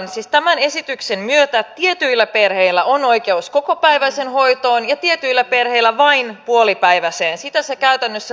siis tämän esityksen myötä tietyillä perheillä on oikeus kokopäiväiseen hoitoon ja tietyillä perheillä vain puolipäiväiseen sitä se käytännössä tarkoittaa